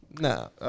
No